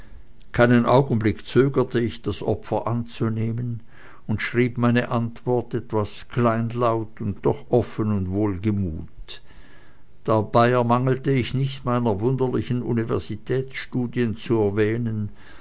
keinen augenblick zögerte ich das opfer anzunehmen und schrieb meine antwort etwas kleinlaut und doch offen und wohlgemut dabei ermangelte ich nicht meiner wunderlichen universitätsstudien zu erwähnen